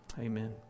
amen